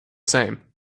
same